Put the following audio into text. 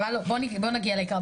בואו נגיע לעיקר.